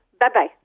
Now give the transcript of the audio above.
Bye-bye